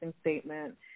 statement